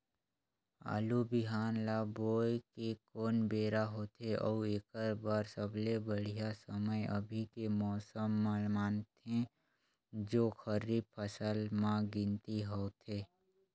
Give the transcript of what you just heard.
आलू बिहान ल बोये के कोन बेरा होथे अउ एकर बर सबले बढ़िया समय अभी के मौसम ल मानथें जो खरीफ फसल म गिनती होथै?